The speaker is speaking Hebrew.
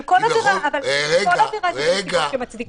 אבל בכל עבירה האכיפה היא בנסיבות המצדיקות זאת.